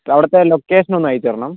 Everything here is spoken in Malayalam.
അവിടത്തെ ലൊക്കേഷനൊന്ന് അയച്ചരണം